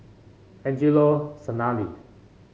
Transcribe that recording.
Angelo Sanelli